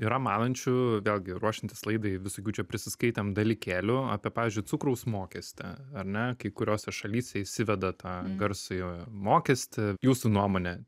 yra manančių vėlgi ruošiantis laidai visokių čia prisiskaitėm dalykėlių apie pavyzdžiui cukraus mokestį ar ne kai kuriose šalyse įsiveda tą garsųjį mokestį jūsų nuomone